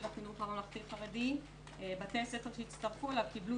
החינוך הממלכתי-חרדי בתי הספר שהצטרפו אליו קיבלו